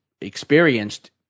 experienced